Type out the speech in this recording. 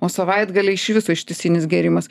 o savaitgalį iš viso ištisinis gėrimas